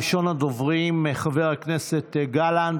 ראשון הדוברים, חבר הכנסת גלנט.